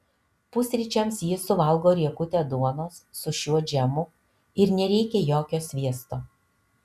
pusryčiams ji suvalgo riekutę duonos su šiuo džemu ir nereikia jokio sviesto